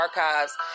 archives